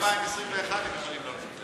אני הבנתי שעד 2021 הם יכולים לא לפתח.